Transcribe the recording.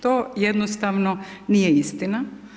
To jednostavno nije istina.